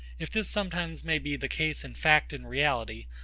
if this sometimes may be the case in fact and reality,